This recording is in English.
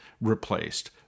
replaced